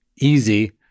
easy